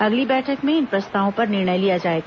अगली बैठक में इन प्रस्तावों पर निर्णय लिया जाएगा